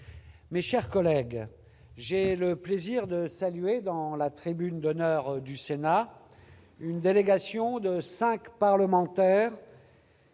Mes chers collègues, j'ai le plaisir de saluer, dans la tribune d'honneur du Sénat, une délégation de cinq parlementaires